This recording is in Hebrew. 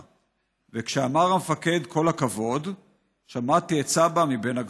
/ וכשאמר המפקד: כל הכבוד / שמעתי את סבא מבין הגבעות: